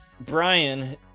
Brian